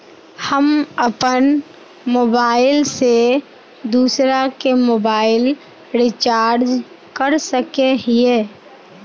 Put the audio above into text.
हम अपन मोबाईल से दूसरा के मोबाईल रिचार्ज कर सके हिये?